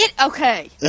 Okay